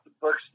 books